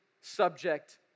subject